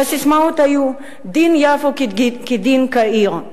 והססמאות היו: דין יפו כדין קהיר,